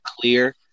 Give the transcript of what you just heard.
clear